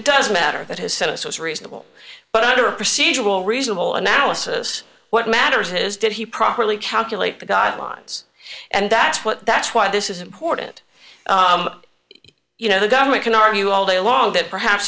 it does matter that has said it was reasonable but out of a procedural reasonable analysis what matters his did he properly calculate the guidelines and that's what that's why this is important you know the government can argue all day long that perhaps